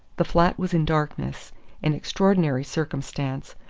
the flat was in darkness an extraordinary circumstance,